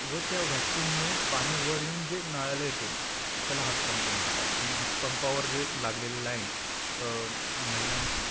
व त्या व्हॅक्यूममुळे पाणीवर येऊन जे नळाले येते त्याला हातपंप म्हणतात आणि हातपंपावर जे लागलेले लाईन महिलांची